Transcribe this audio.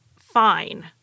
fine